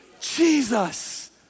Jesus